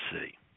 see